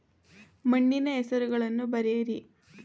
ಮಣ್ಣಿನ ಹೆಸರುಗಳನ್ನು ಬರೆಯಿರಿ